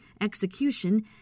execution